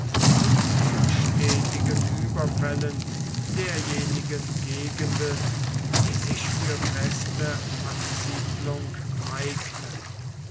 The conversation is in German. und zu stetigen überfällen derjenigen gegenden die sich für feste ansiedlung eignen